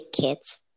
kids